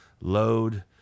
load